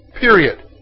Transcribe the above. Period